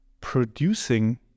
producing